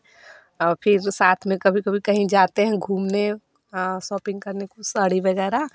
और फिर साथ में कभी कभी कहीं जाते हैं घूमने शौपिंग करने कुछ साड़ी वगैराह